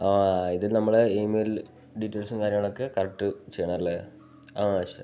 ആ ഇതില് നമ്മുടെ ഇമെയിൽ ഡീറ്റെയിൽസും കാര്യങ്ങളുമൊക്കെ കറക്റ്റ് ചെയ്യണമല്ലേ ആ ശരി